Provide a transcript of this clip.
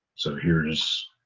so here is